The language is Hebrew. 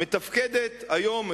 מתפקדת היום,